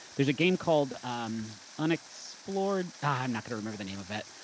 there's a game called unexplored. ah, i'm not gonna remember the name of it.